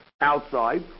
outside